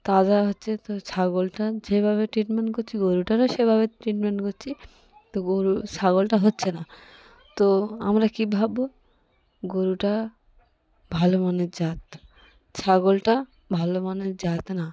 তাজা হচ্ছে তো ছাগলটার যেভাবে ট্রিটমেন্ট করছি গরুটারও সেভাবে ট্রিটমেন্ট করছি তো গরু ছাগলটা হচ্ছে না তো আমরা কী ভাবব গরুটা ভালো মানের জাত ছাগলটা ভালো মানের জাত না